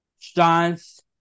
John's